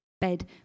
bed